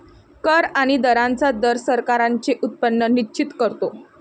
कर आणि दरांचा दर सरकारांचे उत्पन्न निश्चित करतो